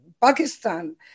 Pakistan